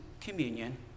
communion